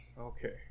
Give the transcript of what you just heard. Okay